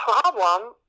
problem